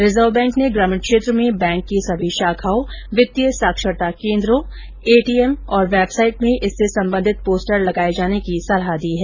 reserve bank ने ग्रामीण क्षेत्र में बैंक की सभी शाखाओं वित्तीय साक्षरता केन्द्रों एटीएम और वेबसाइट में इससे संबंधित पोस्टर लगाए जाने की सलाह दी है